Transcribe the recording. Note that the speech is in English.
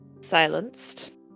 silenced